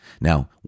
Now